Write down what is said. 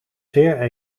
zeer